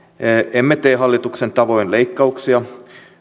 emme tee hallituksen tavoin leikkauksia